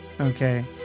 Okay